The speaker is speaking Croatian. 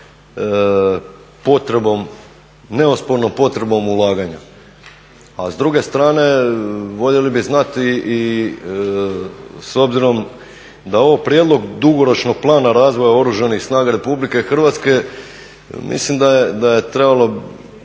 potrebom, neospornom potrebom ulaganja. A s druge strane voljeli bi znati i s obzirom da je ovo prijedlog dugoročnog plana razvoja Oružanih snaga RH mislim da je trebalo